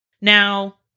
Now